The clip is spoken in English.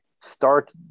start